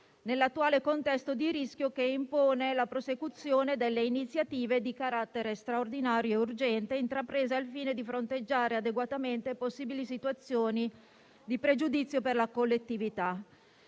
nell'attuale contesto di rischio, che impone la prosecuzione delle iniziative di carattere straordinario ed urgente intraprese al fine di fronteggiare adeguatamente possibili situazioni di pregiudizio per la collettività.